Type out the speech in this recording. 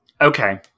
Okay